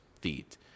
feet